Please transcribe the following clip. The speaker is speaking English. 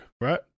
right